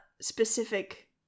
specific